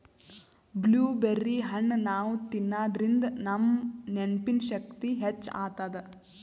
blueberry ಹಣ್ಣ್ ನಾವ್ ತಿನ್ನಾದ್ರಿನ್ದ ನಮ್ ನೆನ್ಪಿನ್ ಶಕ್ತಿ ಹೆಚ್ಚ್ ಆತದ್